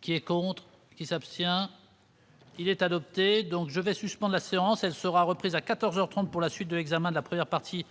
Qui est contre qui s'abstient. Il est adopté, donc je vais suspende la séance, elle sera reprise à 14 heures 30 pour la suite de l'examen de la première partie